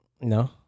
No